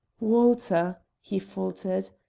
walter, he faltered,